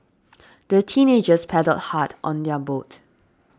the teenagers paddled hard on their boat